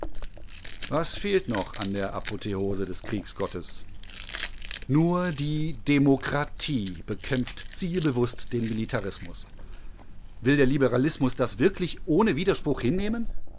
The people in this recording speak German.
was fehlt noch an der apotheose des kriegsgottes nur die demokratie bekämpft zielbewußt den militarismus will der liberalismus das wirklich ohne widerspruch hinnehmen